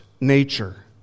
nature